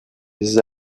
les